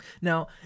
Now